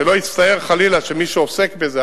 שלא יצטייר חלילה שמי שעוסק בזה,